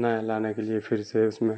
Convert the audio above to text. نیا لانے کے لیے پھر سے اس میں